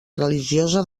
religiosa